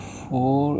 four